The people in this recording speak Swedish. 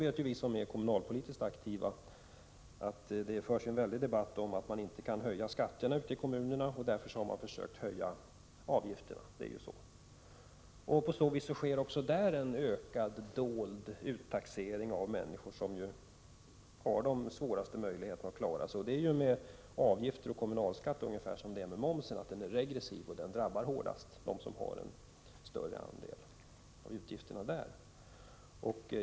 Men vi som är kommunalpolitiskt aktiva vet att det talas mycket om att man inte kan höja skatterna ute i kommunerna och att man därför har försökt höja avgifterna. Så är det ju. På så vis sker också där en ökad, dold uttaxering av de människor som har de sämsta möjligheterna att klara sig. Det är med avgifter och kommunalskatt ungefär som det är med momsen. De är regressiva och drabbar hårdast dem som har en större andel av utgifterna på de områdena.